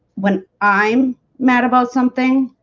when i'm mad about something